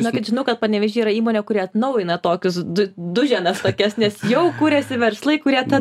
žinokit žinau kad panevėžy yra įmonė kuri atnaujina tokius du duženas tokias nes jau kuriasi verslai kurie tą